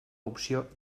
opció